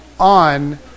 on